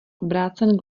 obrácen